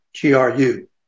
GRU